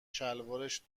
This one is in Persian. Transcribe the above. شلوارش